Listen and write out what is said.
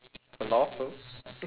it's a law firm